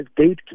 gatekeeping